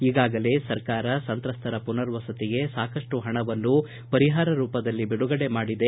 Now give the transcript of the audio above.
ಈಗಾಗಲೇ ಸರ್ಕಾರ ಸಂತ್ರಸ್ತರ ಪುನರ್ವಸತಿಗೆ ಸಾಕಷ್ಟು ಪಣವನ್ನು ಪರಿಹಾರದ ರೂಪದಲ್ಲಿ ಬಿಡುಗಡೆ ಮಾಡಿದೆ